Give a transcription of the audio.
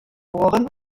ohren